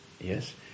Yes